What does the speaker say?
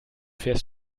fährst